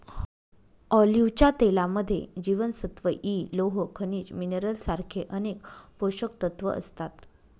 ऑलिव्हच्या तेलामध्ये जीवनसत्व इ, लोह, खनिज मिनरल सारखे अनेक पोषकतत्व असतात